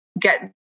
get